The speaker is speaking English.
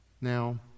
Now